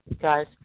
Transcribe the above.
guys